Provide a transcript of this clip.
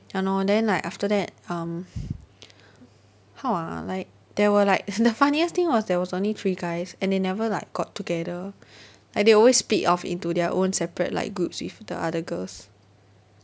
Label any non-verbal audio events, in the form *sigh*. !hannor! then like after that um *breath* how ah like there were like the funniest thing was there was only three guys and they never like got together *breath* like they will always split off into their own separate like groups with the other girls